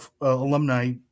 alumni